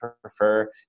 prefer